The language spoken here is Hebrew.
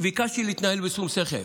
ביקשתי להתנהל בשום שכל.